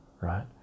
right